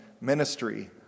ministry